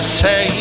say